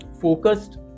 focused